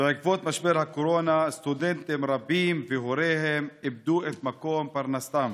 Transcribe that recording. בעקבות משבר הקורונה סטודנטים רבים והוריהם איבדו את מקור פרנסתם.